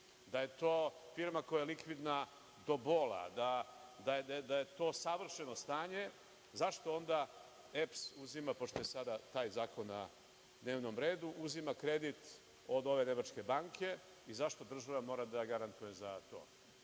da je to firma koja je likvidna do bola, da je to savršeno stanje. Zašto onda EPS uzima, pošto je sada taj zakon na dnevnom redu, zašto uzima kredit od ove nemačke banke i zašto država mora da garantuje za